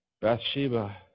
Bathsheba